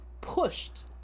pushed